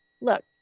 look